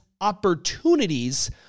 opportunities